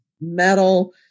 metal